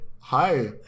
Hi